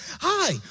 Hi